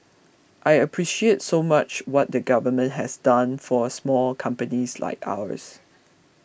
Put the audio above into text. I appreciate so much what the government has done for small companies like ours